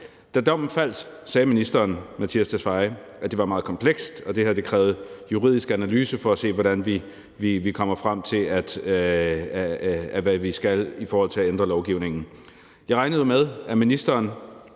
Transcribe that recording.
Da dommen faldt, sagde ministeren, Mattias Tesfaye, at det var meget komplekst, og at det krævede en juridisk analyse for at se, hvordan vi kommer frem til, hvad vi skal i forhold til at ændre lovgivningen. Jeg regnede jo med, at ministeren